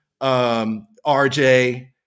RJ